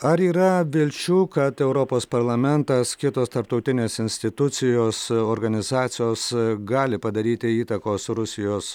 ar yra vilčių kad europos parlamentas kitos tarptautinės institucijos organizacijos gali padaryti įtakos rusijos